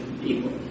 people